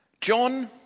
John